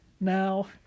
Now